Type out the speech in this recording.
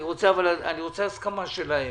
אני רוצה הסכמה שלהם,